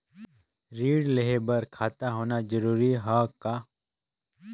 ऋण लेहे बर खाता होना जरूरी ह का?